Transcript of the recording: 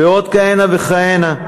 ועוד כהנה וכהנה.